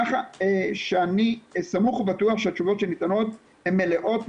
כך שאני סמוך ובטוח שהתשובות שניתנות הן מלאות,